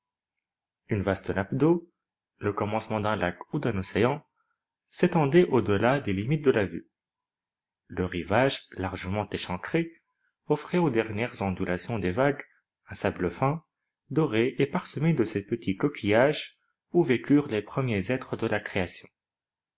une vaste nappe d'eau le commencement d'un lac ou d'un océan s'étendait au delà des limites de la vue le rivage largement échancré offrait aux dernières ondulations des vagues un sable fin doré et parsemé de ces petits coquillages où vécurent les premiers êtres de la création